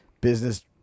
Business